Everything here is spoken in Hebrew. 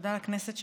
ותודה לכנסת,